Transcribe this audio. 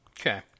Okay